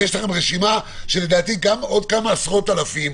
יש לכם רשימה לדעתי של עוד כמה עשרות אלפים.